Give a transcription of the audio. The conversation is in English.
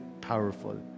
powerful